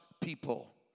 people